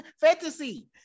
fantasy